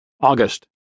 August